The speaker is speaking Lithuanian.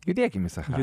judėkim į sacharą